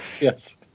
Yes